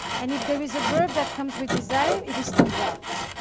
and if there is a verb that comes with desire, it is to want.